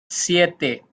siete